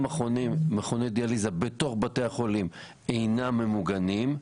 מכוני הדיאליזה בתוך בתי החולים אינם ממוגנים.